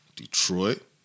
Detroit